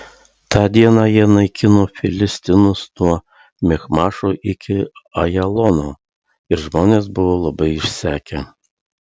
tą dieną jie naikino filistinus nuo michmašo iki ajalono ir žmonės buvo labai išsekę